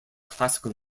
classical